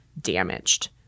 damaged